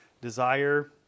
desire